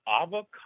avocado